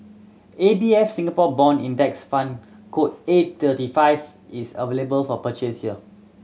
A B F Singapore Bond Index Fund code A thirty five is available for purchase here